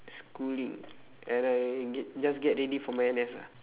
schooling and I get just get ready for my N_S ah